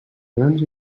grans